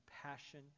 compassion